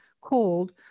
called